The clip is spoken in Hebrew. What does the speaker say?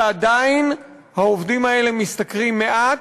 ועדיין העובדים האלה משתכרים מעט,